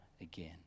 again